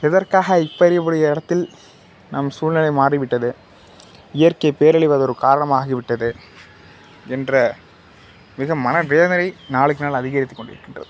எதற்காக இப்போ இருக்கக்கூடிய இடத்தில் நம் சூழ்நிலை மாறி விட்டது இயற்கைப் பேரழிவு அது ஒரு காரணமாக ஆகிவிட்டது என்ற மிக மன வேதனை நாளுக்கு நாள் அதிகரித்துக் கொண்டு இருக்கின்றது